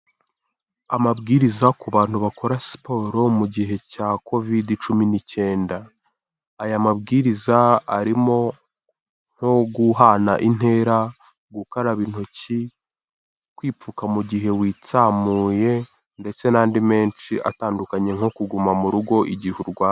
Amabwiriza ku bantu bakora siporo mu gihe cya Kovide cumi n'icyenda, aya mabwiriza arimo nko guhana intera, gukaraba intoki, kwipfuka mu gihe witsamuye ndetse n'andi menshi atandukanye nko kuguma mu rugo igihe urwaye.